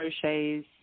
crochets